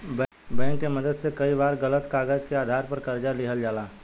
bank के मदद से कई बार गलत कागज के आधार पर कर्जा लिहल जाला